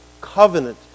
covenant